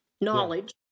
knowledge